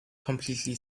completely